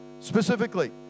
specifically